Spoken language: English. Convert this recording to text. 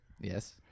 yes